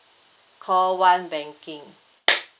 call one banking